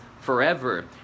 forever